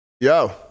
yo